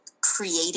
creating